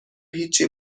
هیچی